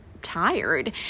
Tired